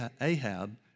Ahab